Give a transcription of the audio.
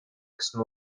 kısmı